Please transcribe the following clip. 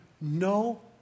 no